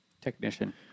Technician